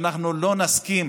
שאנחנו לא נסכים